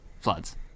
Floods